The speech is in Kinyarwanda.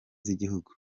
z’igihugu